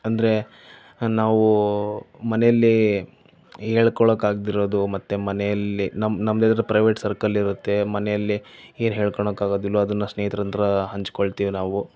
ಅಂದರೆ ನಾವು ಮನೆಯಲ್ಲಿ ಹೇಳ್ಕೊಳ್ಳೋಕ್ಕಾಗ್ದಿರೋದು ಮತ್ತು ಮನೆಯಲ್ಲಿ ನಮ್ಮ ನಮ್ಮಿದ್ರ ಪ್ರೈವೇಟ್ ಸರ್ಕಲ್ ಇರುತ್ತೆ ಮನೆಯಲ್ಲಿ ಏನು ಹೇಳ್ಕೊಳ್ಳಕ್ಕೆ ಆಗೋದಿಲ್ವೋ ಅದನ್ನು ಸ್ನೇಹಿತರ ಹತ್ರ ಹಂಚ್ಕೊಳ್ತೀವಿ ನಾವು